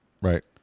Right